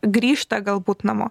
grįžta galbūt namo